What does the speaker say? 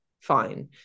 fine